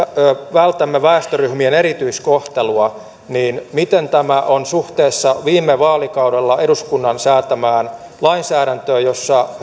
vältämme väestöryhmien erityiskohtelua niin miten tämä on suhteessa viime vaalikaudella eduskunnan säätämään lainsäädäntöön jossa